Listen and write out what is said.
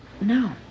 no